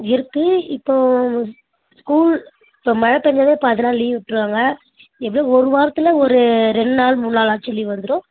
இருக்கு இப்போ ஸ்கூல் இப்போ மழ பெஞ்சாலே பாதி நாள் லீவ் விட்டுருவாங்க எப்படியும் ஒரு வாரத்தில் ஒரு ரெண்டு நாள் மூண் நாளாச்சும் லீவ் வந்துரும்